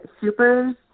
supers